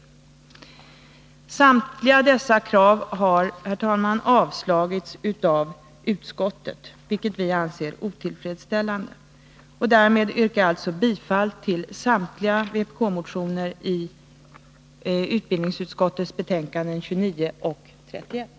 Samtliga dessa krav har, herr talman, avstyrkts av utskottet, vilket vi anser otillfredsställande. Med detta yrkar jag bifall till samtliga vpk-motioner som behandlas i utbildningsutskottets betänkanden 29 och 31.